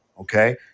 okay